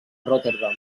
rotterdam